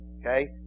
Okay